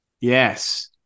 yes